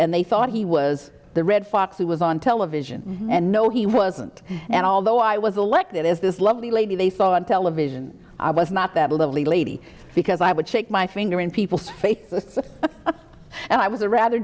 and they thought he was the red fox he was on television and no he wasn't and although i was elected as this lovely lady they saw on television i was not that lovely lady because i would stick my finger in people's faces and i was a rather